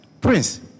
Prince